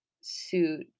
suit